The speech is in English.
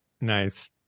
Nice